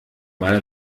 mal